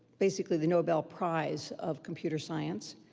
basically the nobel prize of computer science,